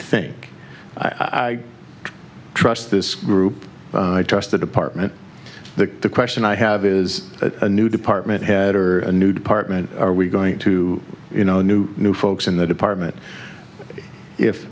think i trust this group i trust the department the question i have is a new department head or a new department are we going to you know new new folks in the department